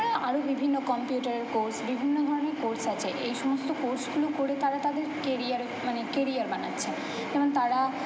মানে আরও বিভিন্ন কম্পিউটারের কোর্স বিভিন্ন ধরনের কোর্স আছে এই সমস্ত কোর্সগুলো করে তারা তাদের কেরিয়ার মানে কেরিয়ার বানাচ্ছে যেমন তারা